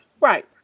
Right